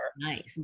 Nice